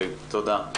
תודה.